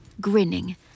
grinning